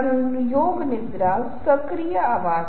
इन ध्वनियों को बहुत स्पष्ट न करें